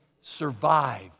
survive